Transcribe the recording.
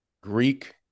Greek